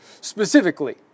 Specifically